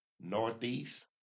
Northeast